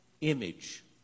image